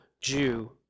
Jew